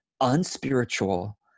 unspiritual